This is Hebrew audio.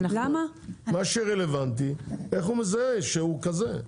מה שרלוונטי זה איך הוא מזהה שהוא כזה.